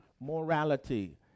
morality